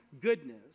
goodness